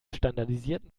standardisierten